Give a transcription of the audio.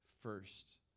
first